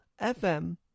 FM